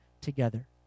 together